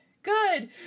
Good